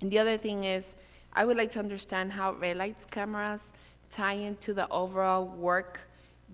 and the other thing, is i would like to understand how red-light cameras tie into the overall work